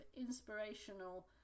inspirational